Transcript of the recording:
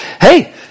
hey